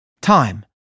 Time